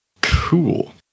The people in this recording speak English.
Cool